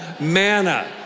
Manna